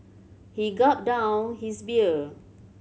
he gulped down his beer